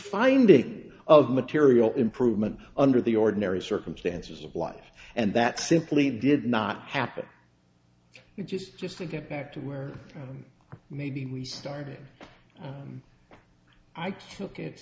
finding of material improvement under the ordinary circumstances of life and that simply did not happen just just to get back to where maybe we started i took it